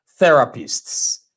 therapists